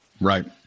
Right